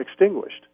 extinguished